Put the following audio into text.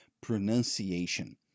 pronunciation